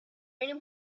owner